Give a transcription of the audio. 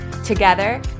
Together